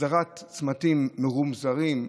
הסדרת צמתים מרומזרים,